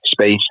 space